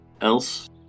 else